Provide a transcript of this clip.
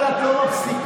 אבל את לא מפסיקה.